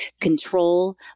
control